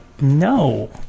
No